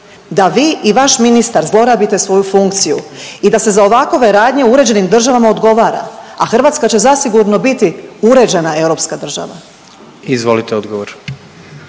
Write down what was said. da vi i vaš ministar zlorabite svoju funkciju i da se za ovakove radnje u uređenim državama odgovara, a Hrvatska će zasigurno biti uređena europska država. **Jandroković,